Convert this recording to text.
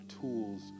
tools